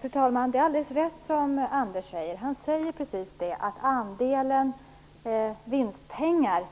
Fru talman! Det är alldeles riktigt, det som Anders Nilsson säger, att andelen vinstpengar